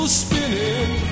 spinning